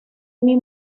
jamie